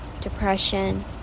depression